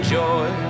joy